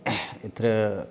इद्धर